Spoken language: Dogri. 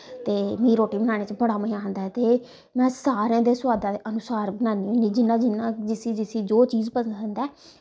ते मिकी रोटी बनाने च बड़ा मज़ा आंदा ते में सारें दे सोआदा दे अनुसार बनान्नी होन्नी जि'यां जि'यां जिसी जिसी जो चीज़ पसंद ऐ